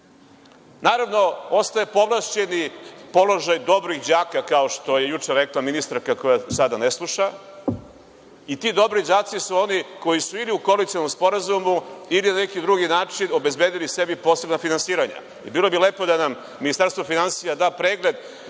Naravno, ostaje povlašćeni položaj dobrih đaka, kao što je juče rekla ministarka koja sada ne sluša, i ti dobri đaci su oni koji su ili u koalicionom sporazumu ili na drugi način obezbedili sebi posebna finansiranja. Bilo bi lepo da Ministarstvo finansija da pregled